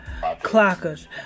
*Clockers*